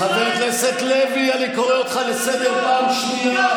חבר הכנסת לוי, אני קורא אותך לסדר פעם ראשונה.